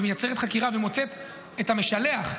ומייצרת חקירה ומוצאת את המשלח,